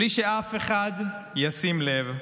בלי שאף אחד ישים לב,